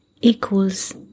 equals